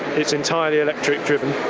it's entirely electric driven.